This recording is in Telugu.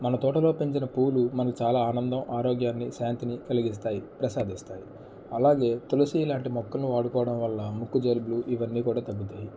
మన తోటలో పెంచిన పువ్వులు మనకు చాలా ఆనందం ఆరోగ్యాన్ని శాంతిని కలిగిస్తాయి ప్రసాదిస్తాయి అలాగే తులసిలాంటి మొక్కలను వాడుకోవడం వల్ల ముక్కు జలుబులు ఇవన్నీ కూడా తగ్గుతాయి